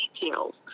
details